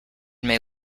may